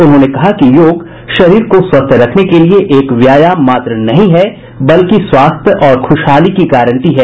उन्होंने कहा कि योग शरीर को स्वस्थ रखने के लिए एक व्यायाम मात्र नहीं है बल्कि स्वास्थ्य और खुशहाली की गारंटी है